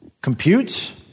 compute